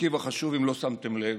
המרכיב החשוב, אם לא שמתם לב,